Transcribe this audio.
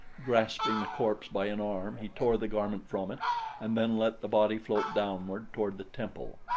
grasping the corpse by an arm he tore the garment from it and then let the body float downward toward the temple.